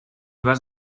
vas